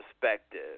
perspective